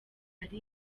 ari